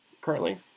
currently